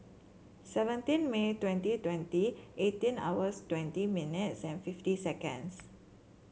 seventeen May twenty twenty eighteen hours twenty minutes and fifty seconds